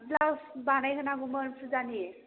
blouse बानाय होनांगौमोन फुजानि